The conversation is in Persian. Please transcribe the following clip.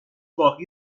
باقی